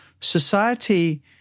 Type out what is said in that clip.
society